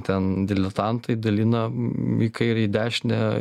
ten diletantai dalina į kairę į dešinę